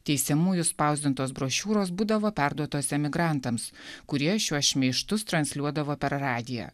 teisiamųjų spausdintos brošiūros būdavo perduotos emigrantams kurie šiuos šmeižtus transliuodavo per radiją